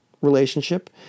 relationship